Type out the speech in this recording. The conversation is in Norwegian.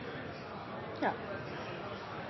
statsråd